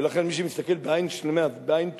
ולכן, מי שמסתכל בעין שלמה ובעין טובה,